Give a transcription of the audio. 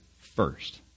first